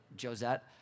Josette